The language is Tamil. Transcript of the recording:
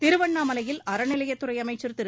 திருவண்ணாமலையில் அறநிலையத்துறை அமைச்சர் திரு